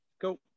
go